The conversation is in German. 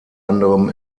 anderem